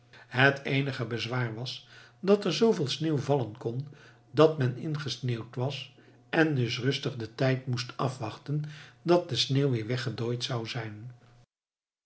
het eenige bezwaar was dat er zveel sneeuw vallen kon dat men ingesneeuwd was en dus rustig den tijd moest afwachten dat de sneeuw weer weggedooid zou zijn